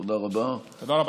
תודה רבה.